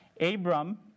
Abram